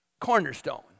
Cornerstone